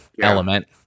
element